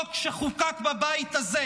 החוק שחוקק בבית הזה,